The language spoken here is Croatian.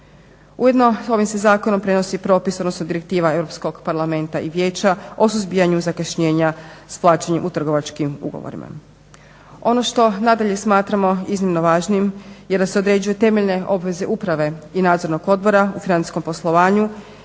Ujedno ovim se zakonom prenosi propis odnosno direktiva Europskog parlamenta i vijeća o suzbijanju zakašnjenja s plaćanjem u trgovačkim ugovorima. Ono što nadalje smatramo iznimno važnim je da se određuju temeljne obveze uprave i nadzornog odbora u financijskom poslovanju,